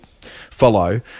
follow